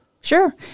Sure